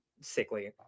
sickly